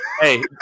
Hey